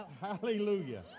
Hallelujah